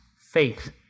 faith